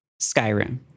Skyrim